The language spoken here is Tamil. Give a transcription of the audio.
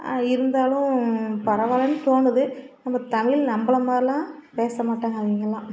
இருந்தாலும் பரவாயில்லன்னு தோணுது நம்ப தமிழ் நம்பளை மாதிரிலாம் பேச மாட்டாங்க அவங்கள்லாம்